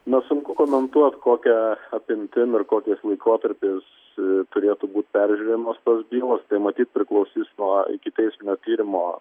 na sunku komentuot kokia apimtim ir kokiais laikotarpiais turėtų būt peržiūrimos tos bylos tai matyt priklausys nuo ikiteisminio tyrimo